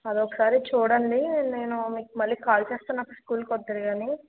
అదొకసారి చూడండి నేను మీకు మళ్ళీ కాల్ చేస్తాను నాకు స్కూల్కు వద్దురు కాని